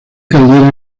caldera